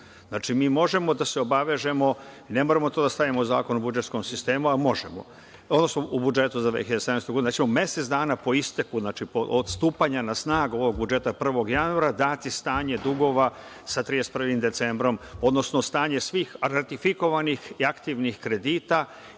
januara. Mi možemo da se obavežemo, ne moramo to da stavimo u Zakon o budžetskom sistemu, a možemo, odnosno u budžetu za 2017. godinu. Nećemo mesec dana po isteku, od stupanja na snagu ovog budžeta 1. januara dati stanje dugova sa 31. decembrom, odnosno stanje svih ratifikovanih i aktivnih kredita,